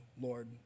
Lord